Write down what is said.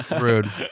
Rude